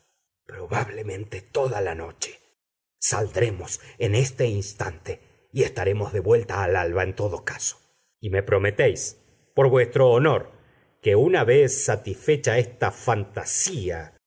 probablemente toda la noche saldremos en este instante y estaremos de vuelta al alba en todo caso y me prometéis por vuestro honor que una vez satisfecha esta fantasía